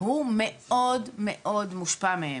הוא מאוד מאוד מושפע מהם,